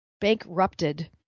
bankrupted